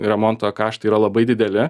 remonto kaštai yra labai dideli